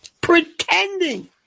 pretending